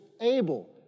able